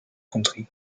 country